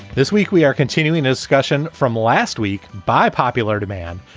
this week we are continuing the discussion from last week by popular demand.